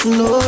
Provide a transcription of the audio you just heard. no